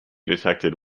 detected